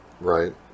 Right